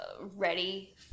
ready